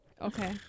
Okay